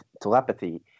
telepathy